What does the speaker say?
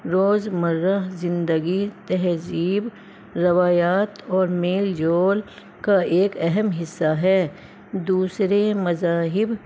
روزمرہ زندگی تہذیب روایات اور میل جول کا ایک اہم حصہ ہے دوسرے مذاہب